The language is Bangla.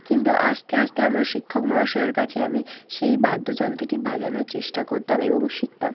কিন্তু আস্তে আস্তে আমার শিক্ষক মহাশয়ের কাছে আমি সেই বাদ্যযন্ত্রটি বাজানোর চেষ্টা করতাম এবং শিখতাম